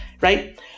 right